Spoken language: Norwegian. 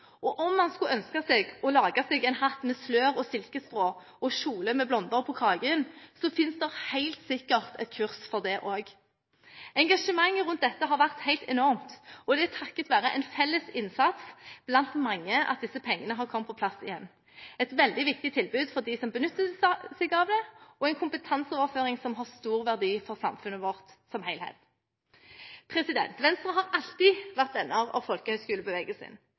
Og om man skulle ønske å lage seg en «hatt med slør og silkestrå og kjole med blonder på kragen», finnes det helt sikkert et kurs for det også. Engasjementet rundt dette har vært helt enormt, og det er takket være en felles innsats blant mange at disse pengene har kommet på plass igjen. Det er et veldig viktig tilbud for dem som benytter seg av det, og en kompetanseoverføring som har stor verdi for samfunnet som helhet. Vi i Venstre har alltid vært venner av folkehøyskolebevegelsen, og